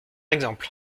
exemple